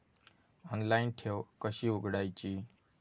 Online ठेव कशी उघडायची?